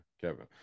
kevin